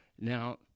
Now